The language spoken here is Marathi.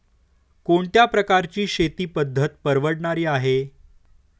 कोणत्या प्रकारची शेती पद्धत परवडणारी आहे?